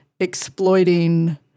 Exploiting